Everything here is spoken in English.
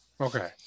Okay